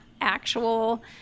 actual